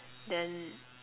then